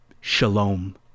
shalom